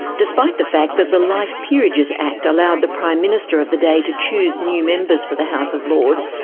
despite the fact that the life peerages act allowed the prime minister of the day to choose new members for the house of lords,